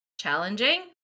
challenging